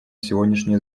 сегодняшнее